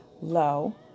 low